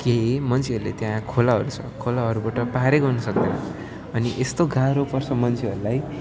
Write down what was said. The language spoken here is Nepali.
कि मान्छेहरूले त्यहाँ खोलाहरू छ खोलाहरूबाट पारै गर्न सक्दैन अनि यस्तो गाह्रो पर्छ मान्छेहरूलाई